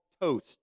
toast